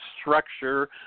structure